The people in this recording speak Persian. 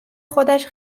خودش